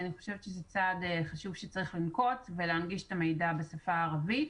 אני חושבת שזה צעד חשוב שצריך לנקוט ולהנגיש את המידע בשפה הערבית.